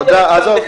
עזוב.